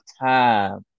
time